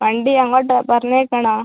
വണ്ടി അങ്ങോട്ട് പറഞ്ഞയക്കണോ